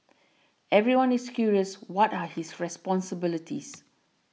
everyone is curious what are his responsibilities